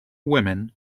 women